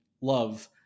love